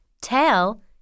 tail